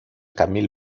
camille